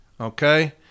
Okay